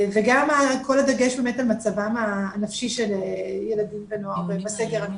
וגם כל הדגש על מצבם הנפשי של ילדים ונוער בסגר,